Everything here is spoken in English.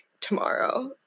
tomorrow